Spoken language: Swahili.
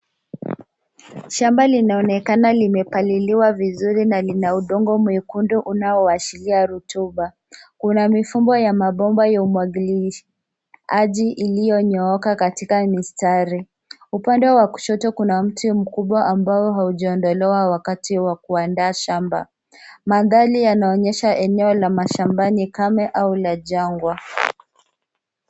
Shamba linaonekana limepaliliwa vizuri na lina udongo mwekundu unaoashiria rotuba. Kuna mifumo ya mabomba ya umwagiliaji iliyonyooka katika mistari. Upande wa kushoto kuna mti mkubwa ambao haujaondolewa wakati wa kuandaa shamba. Mandhari yanaonyesha eneo la mashambani kame au la jangwa.